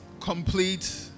complete